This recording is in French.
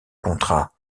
contrat